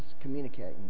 communicating